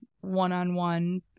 one-on-one